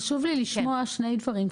חשוב לי לשמוע שני דברים,